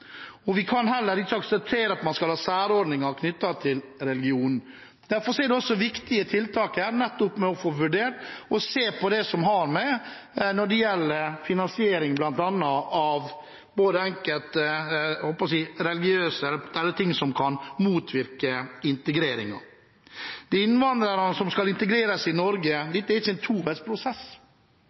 Vi kan ikke akseptere at man skal ha særordninger knyttet til religion. Derfor er det også viktig med tiltak nettopp for å få vurdert og sett på det som har å gjøre med finansiering av enkelte ting som kan motvirke integreringen. Det er innvandrerne som skal integreres i Norge. Dette er ikke en